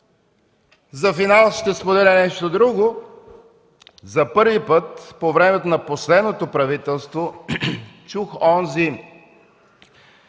За финал ще споделя нещо друго. За първи път по времето на последното правителство чух онзи